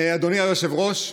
אדוני היושב-ראש,